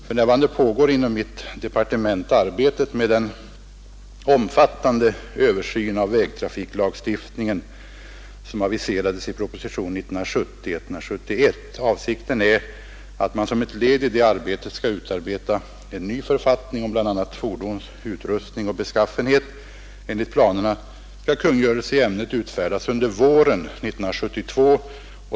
För närvarande pågår inom mitt departement arbetet med den omfattande översyn av vägtrafiklagstiftningen som aviserades i propositionen 171 år 1970. Avsikten är att man som ett led i det arbetet skall utarbeta en ny författning om bl.a. fordons utrustning och beskaffenhet. Enligt planerna skall kungörelse i ämnet utfärdas under våren 1972.